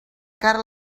cara